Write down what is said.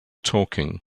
talking